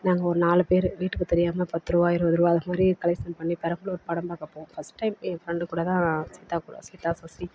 நாங்கள் ஒரு நாலு பேர் வீட்டுக்கு தெரியாமல் பத்துரூபா இருவதுரூபா அது மாதிரி கலெக்ஷன் பண்ணி பெரம்பலூர் படம் பார்க்க போவோம் ஃபஸ்ட் டைம் என் ஃப்ரெண்டு கூட தான் சீதா கூட சீதா சசி